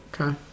Okay